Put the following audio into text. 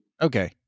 Okay